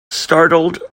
startled